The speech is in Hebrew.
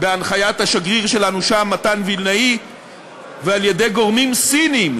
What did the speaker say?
בהנחיית השגריר שלנו שם מתן וילנאי ועל-ידי גורמים סיניים